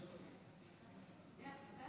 נואמים